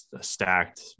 stacked